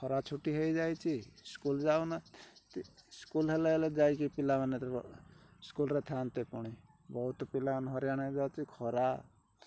ଖରା ଛୁଟି ହେଇଯାଇଛି ସ୍କୁଲ୍ ଯାଉନାହାନ୍ତି ସ୍କୁଲ୍ ହେଲେ ହେଲେ ଯାଇକି ପିଲାମାନେ ସ୍କୁଲ୍ରେ ଥାଆନ୍ତେ ପୁଣି ବହୁତ ପିଲାମାନେ ହଇରାଣ ହେଇ ଯାଉଛି ଖରା